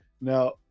now